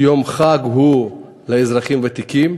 יום חג הוא לאזרחים ותיקים,